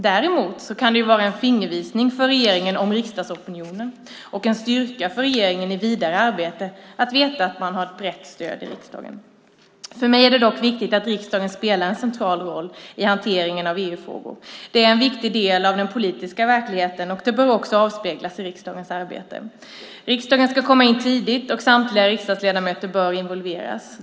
Däremot kan det vara en fingervisning för regeringen om riksdagsopinionen. Det kan vara en styrka för regeringen i det vidare arbetet att veta att man har ett brett stöd i riksdagen. För mig är det dock viktigt att riksdagen spelar en central roll i hanteringen av EU-frågor. De är en viktig del av den politiska verkligheten, och det bör också avspeglas i riksdagens arbete. Riksdagen ska komma in tidigt och samtliga riksdagsledamöter bör involveras.